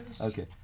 Okay